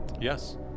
Yes